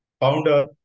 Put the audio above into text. founder